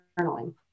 journaling